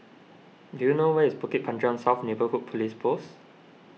do you know where is Bukit Panjang South Neighbourhood Police Post